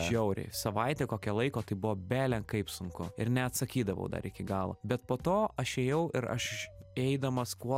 žiauriai savaitę kokią laiko tai buvo bele kaip sunku ir neatsakydavau dar iki galo bet po to aš ėjau ir aš eidamas kuo